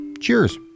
cheers